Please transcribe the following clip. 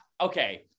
Okay